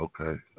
Okay